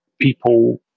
people